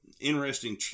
interesting